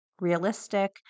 realistic